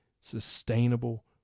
sustainable